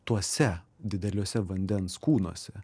tuose dideliuose vandens kūnuose